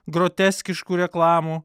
groteskiškų reklamų